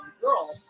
girl